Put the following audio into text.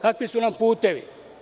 Kakvi su nam putevi?